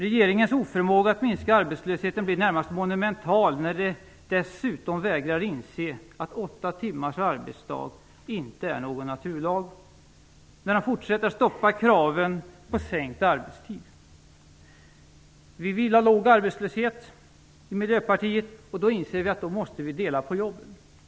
Regeringens oförmåga att minska arbetslösheten blir närmast monumental när den dessutom vägrar att inse att åtta timmars arbetsdag inte är någon naturlag. Regeringen fortsätter att stoppa kraven på sänkt arbetstid. Vi i Miljöpartiet vill ha låg arbetslöshet, och då inser vi att vi måste dela på jobben.